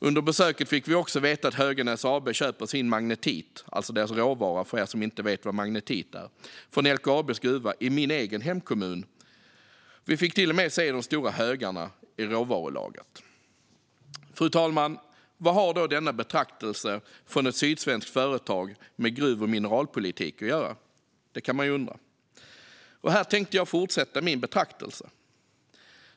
Under besöket fick vi också veta att Höganäs AB köper sin magnetit - alltså råvaran, för er som inte vet vad magnetit är - från LKAB:s gruva i min egen hemkommun. Vi fick till och med se de stora högarna i råvarulagret. Fru talman! Vad har då denna betraktelse från ett sydsvenskt företag med gruv och mineralpolitik att göra? Här tänkte jag fortsätta min betraktelse.